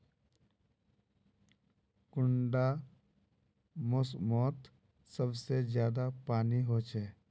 कुंडा मोसमोत सबसे ज्यादा पानी होचे?